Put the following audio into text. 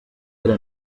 era